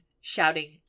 shouting